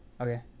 Okay